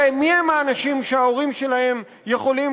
הרי מי הם האנשים שההורים שלהם יכולים